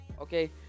okay